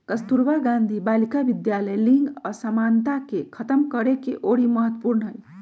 कस्तूरबा गांधी बालिका विद्यालय लिंग असमानता के खतम करेके ओरी महत्वपूर्ण हई